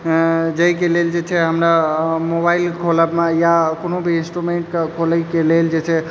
जाहिके लेल जे छै हमरा मोबाइल खोलऽमे या कोनो भी इंस्ट्रूमेंट खोलयके लेल